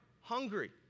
hungry